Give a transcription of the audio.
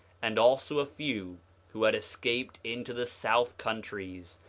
and also a few who had escaped into the south countries,